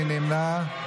מי נמנע?